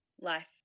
life